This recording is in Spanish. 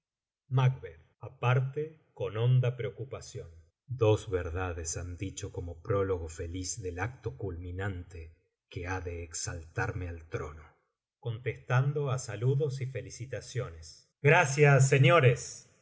honda preocupación ijos verdades han dicho como prólogo feliz del acto culminante que ha de exaltarme al trono contestando á saludos y felicitaciones crracias señores